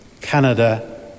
Canada